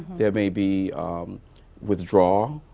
there may be withdrawal.